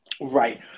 right